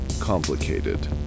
complicated